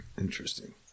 interesting